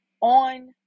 on